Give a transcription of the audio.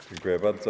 Dziękuję bardzo.